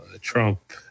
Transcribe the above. Trump